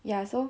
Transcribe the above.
ya so